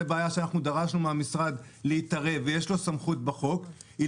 דבר שדרשנו שהמשרד יתערב לפי הסמכות שלו בחוק היא